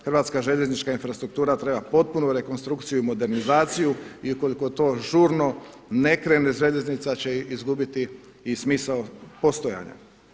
Hrvatska željeznička infrastruktura treba potpunu rekonstrukciju i modernizaciju i ukoliko to žurno ne krene željeznica će izgubiti i smisao postojanja.